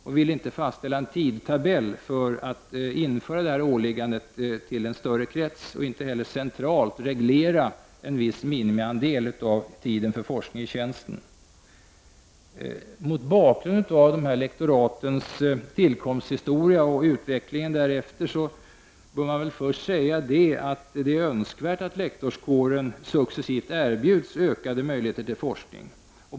Man vill inte fastställa en tidtabell för införandet av detta åliggande, som då skulle gälla en större krets. Inte heller skall en viss minimiandel av tiden för forskning i tjänsten regleras centralt. Mot bakgrund av lektoratens historia sedan dessa tillkom och utvecklingen därefter bör det nog först framhållas att det är önskvärt att lektorskåren successivt erbjuds större möjligheter att bedriva forskning.